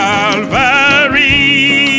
Calvary